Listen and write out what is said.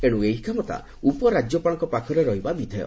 ଏଣୁ ଏହି କ୍ଷମତା ଉପରାଜ୍ୟପାଳଙ୍କ ପାଖରେ ରହିବା ବିଧେୟ